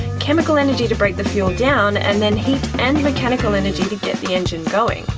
chemical energy to break the fuel down, and then heat and mechanical energy to get the engine going.